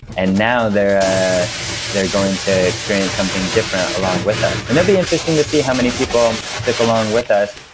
and now they're they're going to experience something different, along along with us. and it'll be interesting to see how many people stick along with us.